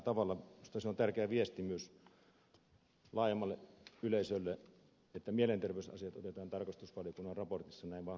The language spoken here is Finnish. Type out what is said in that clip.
minusta se on tärkeä viesti myös laajemmalle yleisölle että mielenterveysasiat otetaan tarkastusvaliokunnan raportissa näin vahvasti esiin